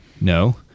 No